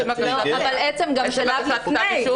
היא הטריגר --- אבל גם שלב לפני,